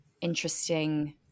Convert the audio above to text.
interesting